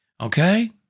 Okay